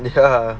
ya